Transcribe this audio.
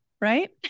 right